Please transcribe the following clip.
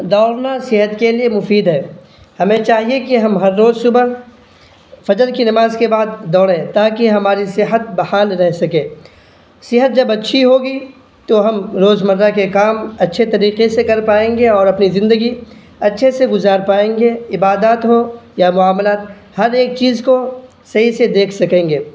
دوڑنا صحت کے لیے مفید ہے ہمیں چاہیے کہ ہم ہر روز صبح فجر کی نماز کے بعد دوڑیں تاکہ ہماری صحت بحال رہ سکے صحت جب اچھی ہوگی تو ہم روزمرہ کے کام اچھے طریقے سے کر پائیں گے اور اپنی زندگی اچھے سے گزار پائیں گے عبادات ہوں یا معاملات ہر ایک چیز کو صحیح سے دیکھ سکیں گے